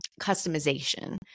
customization